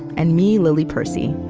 and me, lily percy.